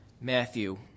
Matthew